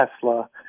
Tesla